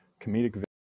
comedic